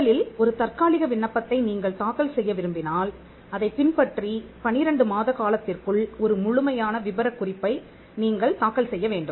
முதலில் ஒரு தற்காலிக விண்ணப்பத்தை நீங்கள் தாக்கல் செய்ய விரும்பினால் அதைப் பின்பற்றி 12 மாத காலத்திற்குள் ஒரு முழுமையான விபரக் குறிப்பை நீங்கள் தாக்கல் செய்ய வேண்டும்